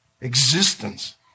existence